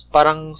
Parang